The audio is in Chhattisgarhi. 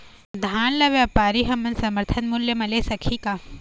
धान ला व्यापारी हमन समर्थन मूल्य म ले सकही का?